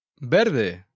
Verde